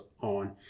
on